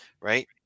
right